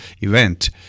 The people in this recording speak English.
event